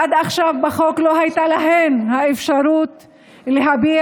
עד עכשיו לא הייתה להן בחוק אפשרות להביע